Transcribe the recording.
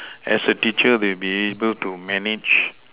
as a teacher will be able to manage